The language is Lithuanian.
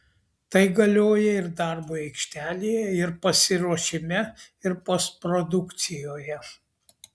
tai galioja ir darbui aikštelėje ir pasiruošime ir postprodukcijoje